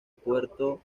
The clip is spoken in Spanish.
puerto